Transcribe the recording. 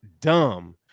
dumb